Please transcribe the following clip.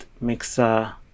mixer